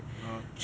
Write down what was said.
ah